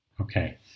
okay